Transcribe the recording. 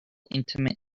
intimate